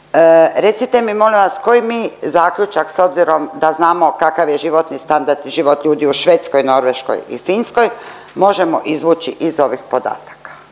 Recite mi molim vas koji mi zaključak s obzirom da znamo kakav je životni standard život ljudi u Švedskoj, Norveškoj i Finskoj možemo izvući iz ovih podataka?